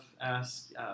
asked